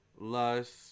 lust